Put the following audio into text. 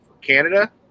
Canada